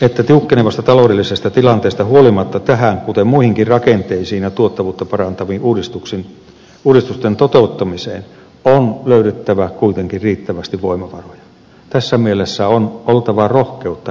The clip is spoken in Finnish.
ette tiukkenevasta taloudellisesta tilanteesta huolimatta tähän kuten muihinkin rakenteisiin ja tuottavuutta parantavia uudistuksen uudistusten toteuttamiseen on löydyttävä kuitenkin riittävästi voimavaroja tässä mielessä on oltava rohkeutta